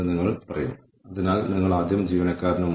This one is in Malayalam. അവരെ റിക്രൂട്ട് ചെയ്യാൻ നമ്മൾ എത്ര പണം ചെലവഴിച്ചു